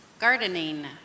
Gardening